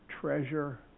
treasure